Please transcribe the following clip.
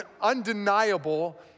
undeniable